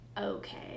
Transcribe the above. okay